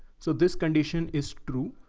so this condition is true.